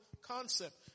concept